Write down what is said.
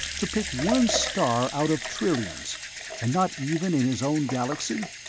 to pick one star out of trillions and not even in his own galaxy?